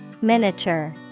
Miniature